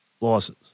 losses